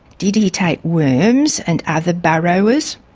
did he take worms and other burrowers?